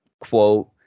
quote